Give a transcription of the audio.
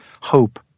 hope